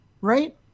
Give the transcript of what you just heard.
right